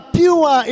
pure